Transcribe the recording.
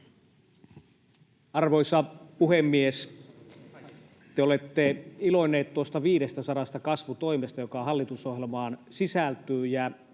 Arvoisa puhemies! Te olette iloinneet tuosta 500 kasvutoimesta, jotka hallitusohjelmaan sisältyvät.